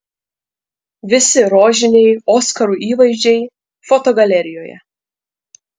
visi rožiniai oskarų įvaizdžiai fotogalerijoje